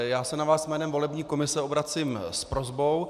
Já se na vás jménem volební komise obracím s prosbou.